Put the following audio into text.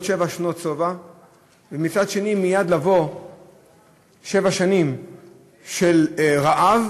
שבע שנות שובע ומצד שני מייד לבוא שבע שנים של רעב,